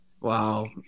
Wow